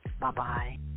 Bye-bye